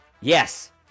Yes